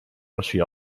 oschi